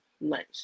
lunch